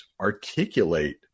articulate